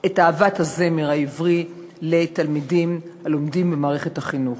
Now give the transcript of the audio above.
את אהבת הזמר העברי בקרב תלמידים הלומדים במערכת החינוך.